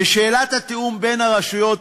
ושאלת התיאום בין הרשויות,